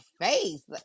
face